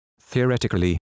theoretically